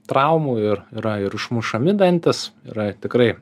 traumų ir yra ir išmušami dantis yra tikrai